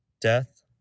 death